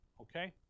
Okay